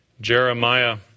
Jeremiah